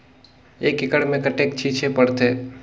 एक एकड़ मे कतेक छीचे पड़थे?